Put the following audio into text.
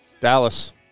Dallas